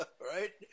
right